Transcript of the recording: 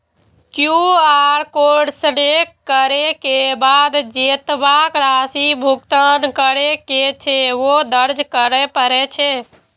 QR code scan करै के बाद जेतबा राशि भुगतान करै के छै, ओ दर्ज करय पड़ै छै